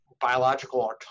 biological